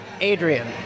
Adrian